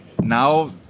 now